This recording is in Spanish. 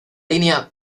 línea